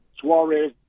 Suarez